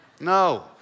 No